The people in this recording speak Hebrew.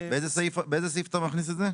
באיזה סעיף אתה מכניס את זה?